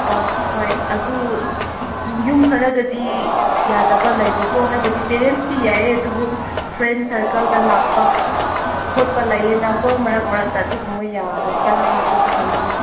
ꯑꯣ ꯍꯣꯏ ꯑꯗꯨ ꯌꯨꯝ ꯈꯔꯗꯗꯤ ꯌꯥꯗꯕ ꯂꯩꯕꯀꯣ ꯍꯥꯏꯕꯗꯤ ꯄꯦꯔꯦꯟꯁꯇꯤ ꯌꯥꯏꯌꯦ ꯑꯗꯨꯕꯨ ꯐ꯭ꯔꯦꯟ ꯁꯔꯀꯜꯗ ꯂꯥꯛꯄ ꯈꯣꯠꯄ ꯂꯩꯌꯦꯅꯀꯣ ꯃꯔꯛ ꯃꯔꯛꯇ ꯑꯗꯨꯒꯨꯝꯕ ꯌꯥꯒꯗ꯭ꯔꯥ ꯑꯗꯨꯁꯨ ꯈꯪꯅꯤꯡꯕ